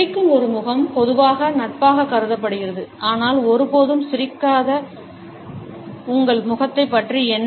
சிரிக்கும் ஒரு முகம் பொதுவாக நட்பாகக் கருதப்படுகிறது ஆனால் ஒருபோதும் சிரிக்காத உங்கள் முகத்தைப் பற்றி என்ன